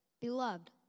Beloved